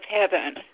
heaven